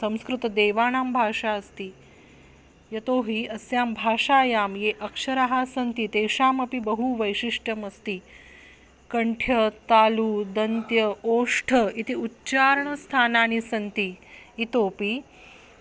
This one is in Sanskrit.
संस्कृतं देवाणां भाषा अस्ति यतोहि अस्यां भाषायां ये अक्षराः सन्ति तेषामपि बहु वैशिष्ट्यम् अस्ति कण्ठ तालु दन्त्य ओष्ठ इति उच्चारणस्थानानि सन्ति इतोऽपि